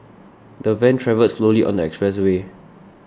the van travelled slowly on the expressway